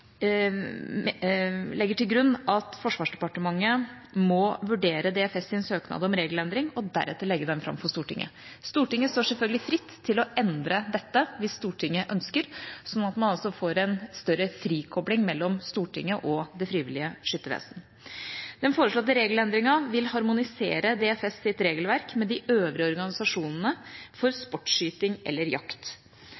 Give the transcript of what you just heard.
1892 legger til grunn at Forsvarsdepartementet må vurdere DFS’ søknad om regelendring og deretter legge den fram for Stortinget. Stortinget står selvfølgelig fritt til å endre dette hvis Stortinget ønsker det, sånn at man får en større frikobling mellom Stortinget og Det frivillige Skyttervesen. Den foreslåtte regelendringen vil harmonisere DFS’ regelverk med det de øvrige organisasjonene for